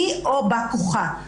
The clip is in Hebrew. היא או בא כוחה.